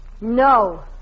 no